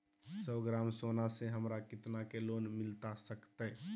सौ ग्राम सोना से हमरा कितना के लोन मिलता सकतैय?